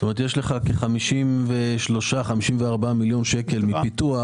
כלומר יש לך כ-54 מיליון שקל מפיתוח